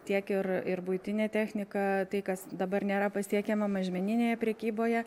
tiek ir ir buitinę techniką tai kas dabar nėra pasiekiama mažmeninėje prekyboje